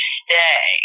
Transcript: stay